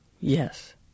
yes